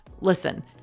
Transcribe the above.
listen